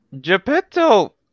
Geppetto